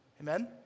Amen